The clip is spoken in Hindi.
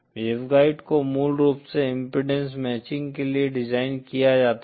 वेवगाइड को मूल रूप से इम्पीडेन्स मैचिंग के लिए डिज़ाइन किया जाता है